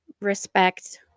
respect